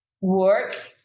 work